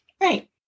right